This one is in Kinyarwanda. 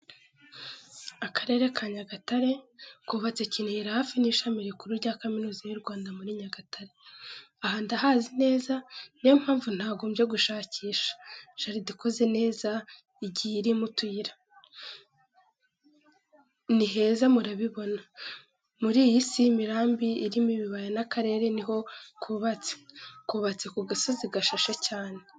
Akarere ka Nyagatare kubatse Kinihira hafi n'ishami rikuru rya kaminuza y'u Rwanda muri Nyagatare, aha ndahazi neza niyo mpamvu ntagombye gushakisha, jaride ikoze neza, igiye irimo utuyira. Ni iheza murabibona, mu Isi y'imirambi irimo ibibaya n'akarere ni ho kubatse, kubatse ku gasozi gashashe cyane.